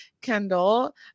kendall